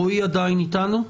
רועי עדיין איתנו?